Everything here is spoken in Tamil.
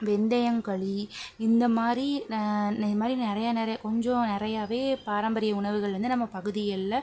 வெந்தயங்களி இந்த மாதிரி இந்த மாதிரி நிறைய நிறைய கொஞ்சம் நிறையவே பாரம்பரிய உணவுகள் வந்து நம்ம பகுதிகளில்